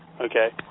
Okay